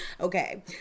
Okay